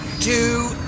two